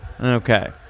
Okay